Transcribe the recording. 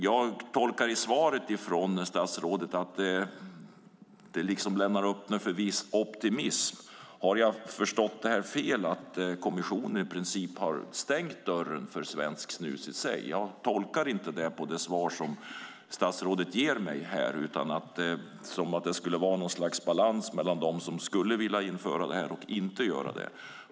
Jag tolkar svaret från statsrådet som att det finns utrymme för viss optimism. Eller har jag förstått det fel, att kommissionen i princip stängt dörren för svenskt snus? Jag tolkar det inte så av det svar som statsrådet ger mig här, utan det tycks finnas någon sorts balans mellan dem som skulle vilja införa förbud och dem som inte vill det.